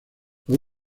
los